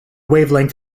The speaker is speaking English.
wavelength